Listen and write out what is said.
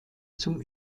zum